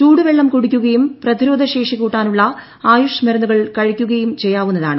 ചൂടു വെള്ളം കുടിയ്ക്കുകയും പ്രതിരോധ ശേഷി കൂട്ടാനുള്ള ആയുഷ് മരുന്നുകൾ കഴിക്കുകയും ചെയ്യാവുന്നതാണ്